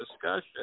discussion